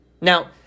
Now